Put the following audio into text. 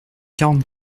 quarante